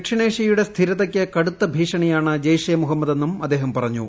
ദക്ഷിണേഷ്യയിലെ സ്ഥിരതയ്ക്ക് കടുത്ത ഭീഷണിയാണ് ജെയ്ഷെ മുഹമ്മദ് എന്നും അദ്ദേഹം പറഞ്ഞു